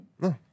No